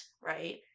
right